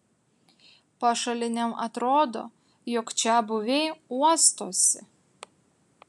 pašaliniam atrodo jog čiabuviai uostosi